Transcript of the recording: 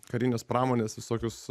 karinės pramonės visokius